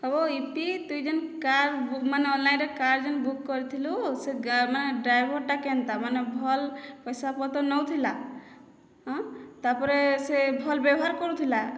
ହଏବୋ ଇପି ତୁଇ ଯେନ୍ କାର୍ ମାନେ ଅନ୍ଲାଇନ୍ରେ କାର୍ ଯେନ୍ ବୁକ୍ କରିଥିଲୁ ସେ ମାନେ ଡ୍ରାଇଭରଟା କେନ୍ତା ମାନେ ଭଲ୍ ପାଏସା ପତର ନେଉଥିଲା ହଁ ତାରପରେ ସେ ଭଲ୍ ବ୍ୟବହାର କରୁଥିଲା